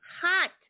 hot